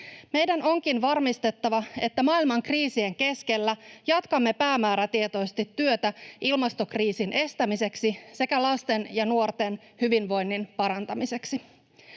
Meidän onkin varmistettava, että maailman kriisien keskellä jatkamme päämäärätietoisesti työtä ilmastokriisin estämiseksi sekä lasten ja nuorten hyvinvoinnin parantamiseksi.